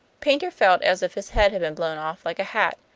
paynter felt as if his head had been blown off like a hat.